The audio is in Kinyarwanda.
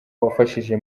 wafashije